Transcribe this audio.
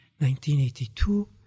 1982